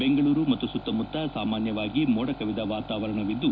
ಬೆಂಗಳೂರು ಮತ್ತು ಸುತ್ತಮುತ್ತ ಸಾಮಾನ್ಯವಾಗಿ ಮೋಡಕವಿದ ವಾತಾವರಣವಿದ್ದು